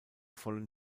vollen